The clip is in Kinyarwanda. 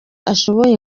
ashoboye